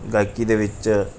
ਗਾਇਕੀ ਦੇ ਵਿੱਚ